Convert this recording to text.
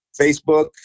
Facebook